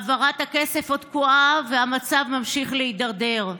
העברת הכסף עוד תקועה, והמצב ממשיך להידרדר.